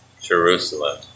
Jerusalem